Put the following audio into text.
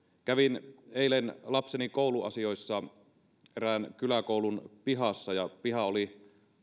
kävin eilen lapseni kouluasioissa erään kyläkoulun pihassa piha oli